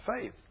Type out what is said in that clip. faith